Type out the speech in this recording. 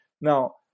Now